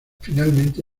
finalmente